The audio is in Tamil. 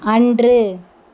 அன்று